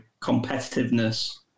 competitiveness